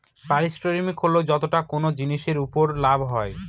পারিশ্রমিক হল যতটা কোনো জিনিসের উপর লাভ হয়